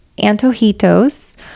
Antojitos